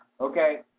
Okay